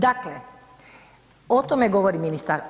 Dakle, o tome govori ministar.